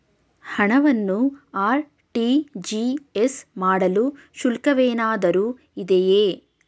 ಹಣವನ್ನು ಆರ್.ಟಿ.ಜಿ.ಎಸ್ ಮಾಡಲು ಶುಲ್ಕವೇನಾದರೂ ಇದೆಯೇ?